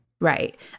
Right